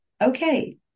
okay